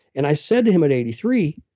and i said to him at eighty three,